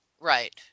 Right